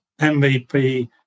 MVP